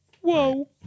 Whoa